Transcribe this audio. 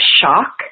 shock